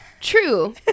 True